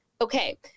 Okay